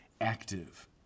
active